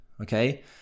okay